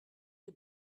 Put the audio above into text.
les